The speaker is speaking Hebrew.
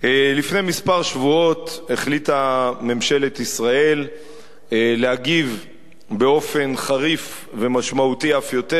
לפני כמה שבועות החליטה ממשלת ישראל להגיב באופן חריף ומשמעותי אף יותר.